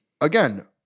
again